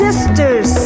Sisters